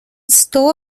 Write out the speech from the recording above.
estou